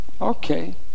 Okay